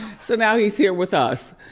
so now he's here with us,